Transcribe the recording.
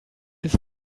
his